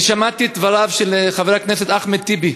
אני שמעתי את דבריו של חבר הכנסת אחמד טיבי,